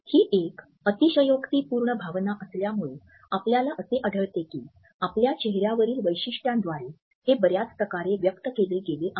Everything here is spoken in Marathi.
ही एक अतिशयोक्तीपूर्ण भावना असल्यामुळे आपल्याला असे आढळते की आपल्या चेहऱ्यावरील वैशिष्ट्यांद्वारे हे बऱ्याच प्रकारे व्यक्त केले गेले आहे